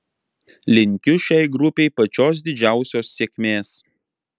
linkiu šiai grupei pačios didžiausios sėkmės